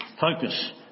focus